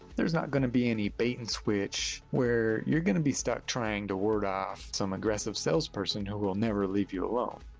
there's not going to be any bait and switch, where you're going to be stuck trying to ward off some aggressive salesperson who will never leave you alone.